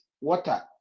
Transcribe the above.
water